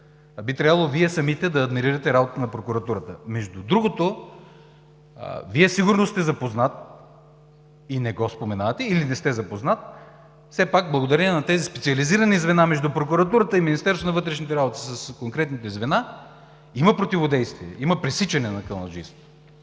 би трябвало Вие самите да адмирирате работата на прокуратурата. Между другото Вие сигурно сте запознат и не го споменавате, или не сте запознат, но все пак благодарение на тези специализирани звена между прокуратурата и Министерството на вътрешните работи с конкретните звена има противодействие, има пресичане на каналджийството,